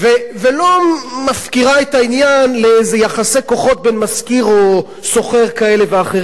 ולא מפקירה את העניין לאיזה יחסי כוחות בין משכיר ושוכר כאלה ואחרים,